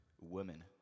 Women